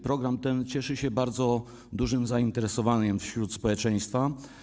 Program ten cieszy się bardzo dużym zainteresowaniem społeczeństwa.